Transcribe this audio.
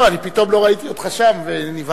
לא, אני פתאום לא ראיתי אותך שם ונבהלתי.